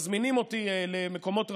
מזמינים אותי למקומות רבים.